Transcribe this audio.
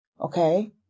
okay